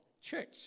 Church